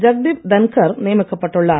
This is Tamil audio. ஜக்தீப் தன்கர் நியமிக்கப்பட்டுள்ளார்